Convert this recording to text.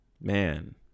man